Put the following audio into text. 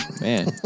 man